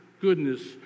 goodness